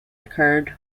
occurred